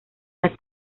las